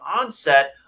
onset